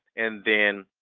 and then